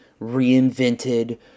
reinvented